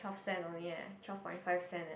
twelve cent only eh twelve point five cent eh